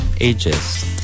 ages